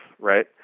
right